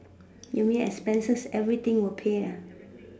you mean expenses everything will pay